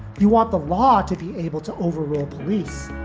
you want the law to be able to overrule police,